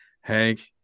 Hank